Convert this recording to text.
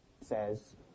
says